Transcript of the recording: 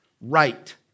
right